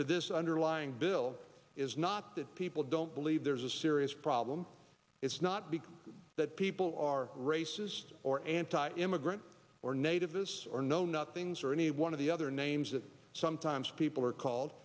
to this underlying bill is not that people don't believe there is a serious problem it's not because that people are racist or anti immigrant or nativists or know nothings or any one of the other names that sometimes people are called